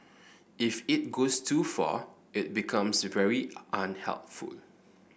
if it goes too far it becomes very unhelpful